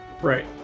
Right